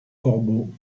corbeaux